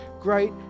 great